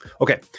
Okay